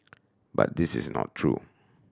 but this is not true